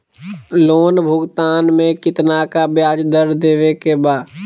Loan भुगतान में कितना का ब्याज दर देवें के बा?